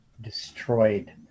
destroyed